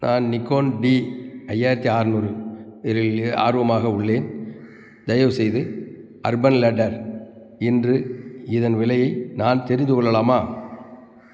நான் Nikon P ஐயாயிரத்தி ஆறுநூறு இல் ஆர்வமாக உள்ளேன் தயவுசெய்து அர்பன் லேடெர் இன்று இதன் விலையை நான் தெரிந்து கொள்ளலாமா